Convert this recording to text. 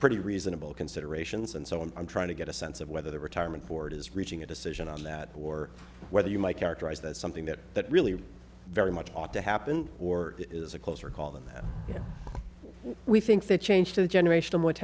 pretty reasonable considerations and so i'm trying to get a sense of whether the retirement board is reaching a decision on that or whether you might characterize that as something that that really very much ought to happen or is a closer call than that you know we think that change to the generation what